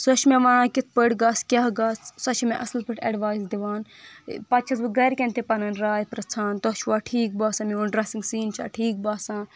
سۄ چھےٚ مےٚ ونان کِتھ پٲٹھۍ گژھ کیٛاہ گژھ سۄ چھےٚ مےٚ اصل پٲٹھۍ اٮ۪ڈوایز دِوان پتہٕ چھس بہٕ گرِکٮ۪ن تہِ پنٕنۍ راے پرٛژھان تۄہہِ چھُوا ٹھیٖک باسن میون ڈریسنٛگ سیٖن چھا ٹھیٖک باسان